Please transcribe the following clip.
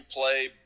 play